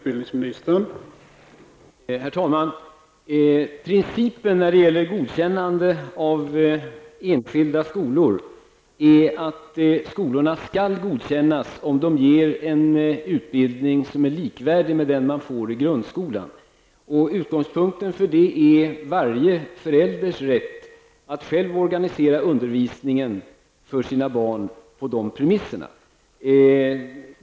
Herr talman! Principen när det gäller godkännande av enskilda skolor är att skolorna skall godkännas om de ger en utbildning som är likvärdig med den som man får i grundskolan. Utgångspunkten är varje förälders rätt att själv organisera undervisningen för sina barn på de premisserna.